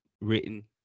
written